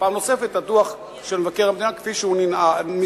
נוספת את הדוח של מבקר המדינה, כפי שהוא מסתיים.